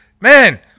man